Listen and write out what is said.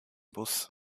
bus